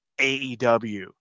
AEW